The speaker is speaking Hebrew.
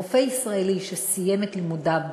רופא ישראלי שסיים את לימודיו בארץ,